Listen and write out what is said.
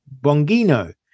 Bongino